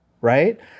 right